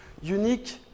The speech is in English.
unique